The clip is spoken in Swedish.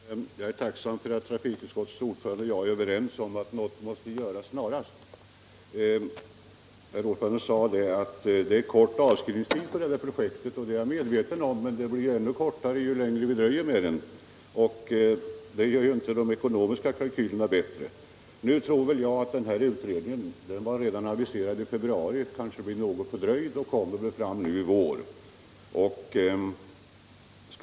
Herr talman! Jag är tacksam för att trafikutskottets ordförande och jag är överens om att något måste göras snarast. Herr ordföranden sade att det är en kort avskrivningstid på projektet. Det är jag medveten om, men tiden blir allt kortare ju längre vi dröjer. Det gör inte de ekonomiska kalkylerna bättre. Nu var den här utredningen aviserad till i februari. Den blir tydligen något fördröjd, men kommer väl att läggas fram i vår.